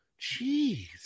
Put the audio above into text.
Jeez